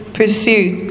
pursuit